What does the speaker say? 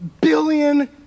billion